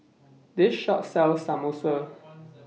This Shop sells Samosa